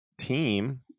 team